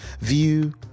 view